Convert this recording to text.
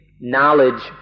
knowledge